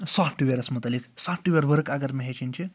soft وییرَس مُتعلِق software ؤرٕک اگر مےٚ ہیٚچھِن چھِ